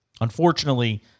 unfortunately